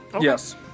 Yes